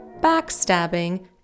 backstabbing